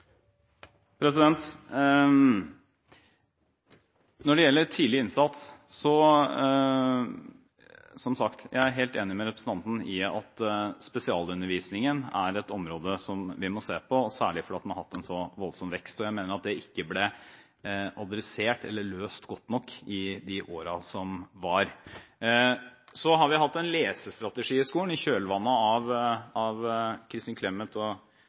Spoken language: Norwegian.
Som sagt: Jeg er helt enig med representanten i at spesialundervisningen er et område som vi må se på, særlig fordi den har hatt en så voldsom vekst. Jeg mener at det ikke er blitt adressert eller løst godt nok i de årene som har vært. Så har vi hatt en lesestrategi i skolen i kjølvannet av Kristin Clemet og